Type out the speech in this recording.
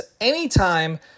anytime